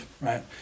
right